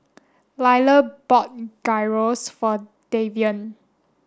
Liller bought Gyros for Davian